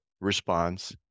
response